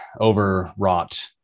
overwrought